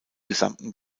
gesamten